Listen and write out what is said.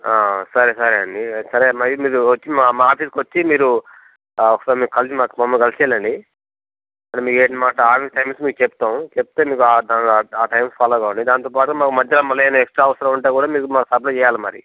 సరే సరే అండి సరే మరి మీరు వచ్చి మా మా ఆఫీస్కి వచ్చి మీరు ఒకసారి మీరు కలిసి మాకు మమ్ముల్ని కలిసి వెళ్ళండి అంటే మీఏ మా ఆఫీస్ టైమింగ్స్ మీకు చెప్తాము చెప్తే మీరు ఆ దాంట్లో ఆ టైమింగ్స్ ఫాలో కాండి దాంతో పాటు మాకు మధ్య మరల ఏమన్నా ఎక్స్ట్రా అవర్స్ ఉంటే కూడా మీరు మాకు సప్లయ్ చేయాలి మరి